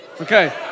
Okay